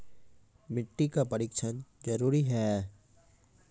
मिट्टी का परिक्षण जरुरी है?